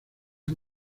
han